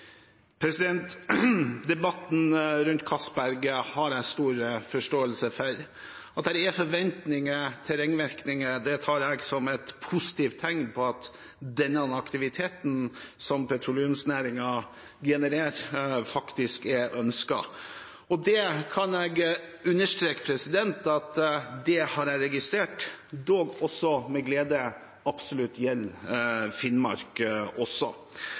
Debatten rundt Castberg har jeg stor forståelse for. At det er forventninger til ringvirkninger, tar jeg som et positivt tegn på at den aktiviteten som petroleumsnæringen genererer, faktisk er ønsket. Jeg kan understreke at jeg har registrert, med glede, at det absolutt gjelder Finnmark også.